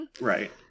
Right